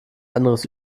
anderes